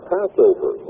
Passover